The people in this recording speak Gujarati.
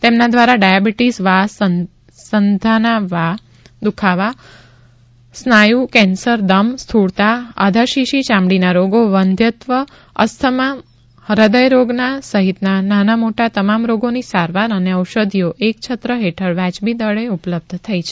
તેમના દ્વારા ડાયાબિટીસ વા સાંધાના દુખાવા સ્નાયુ કેન્સર દમ સ્થૂળતા આધાશીશી યામડીના રોગો વંધ્યત્વ અસ્થમા હ્રદયરોગ સહિતના નાના મોટા તમામ રોગોની સારવાર અને ઔષધિઓ એક છત્ર હેઠળ વાજબી દરે ઉપલબ્ધ થઇ છે